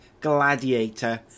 gladiator